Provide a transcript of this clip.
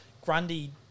Grundy